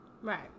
right